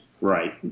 Right